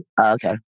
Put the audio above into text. okay